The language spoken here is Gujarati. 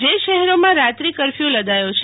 જે શહેરોમાં રાત્રી કરફયુ લદાયો છે